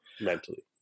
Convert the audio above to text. mentally